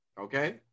okay